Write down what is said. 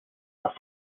las